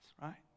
right